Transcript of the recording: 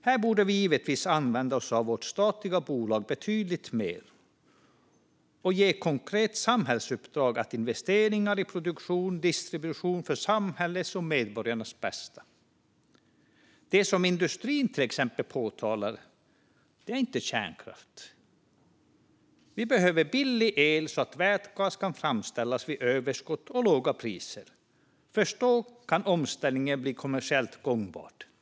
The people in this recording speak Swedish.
Här borde vi givetvis använda oss av vårt statliga bolag betydligt mer och ge ett konkret samhällsuppdrag att investera i produktion och distribution för samhällets och medborgarnas bästa. Det som industrin till exempel talar om är inte kärnkraft. Vi behöver billig el så att vätgas kan framställas vid överskott och låga priser. Först då kan omställningen bli kommersiellt gångbar.